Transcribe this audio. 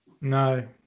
No